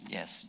Yes